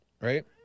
right